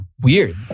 weird